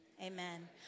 Amen